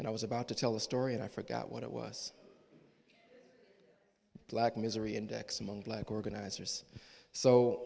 and i was about to tell a story and i forgot what it was black misery index among black organizers so